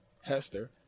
Hester